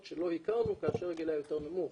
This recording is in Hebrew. שלא הכרנו כאשר הגיל היה יותר נמוך.